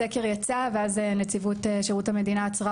הסקר יצא ואז נציבות שירות המדינה עצרה